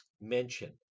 mention